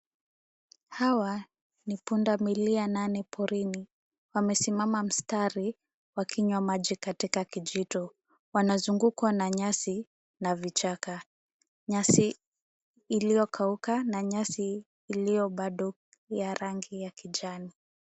Hawa ni punda milia nane polini. Wamesimama mstari wakinywa maji katika kijito. Wanazungukwa na nyasi na vichaka. Nyasi iliyokauka na nyasi iliyobado ya rangi ya kijani.